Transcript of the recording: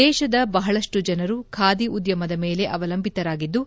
ದೇಶದ ಬಹಳಷ್ಟು ಜನರು ಖಾದಿ ಉದ್ದಮದ ಮೇಲೆ ಅವಲಂಬಿತರಾಗಿದ್ದು